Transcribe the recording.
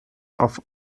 auf